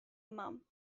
mum